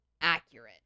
accurate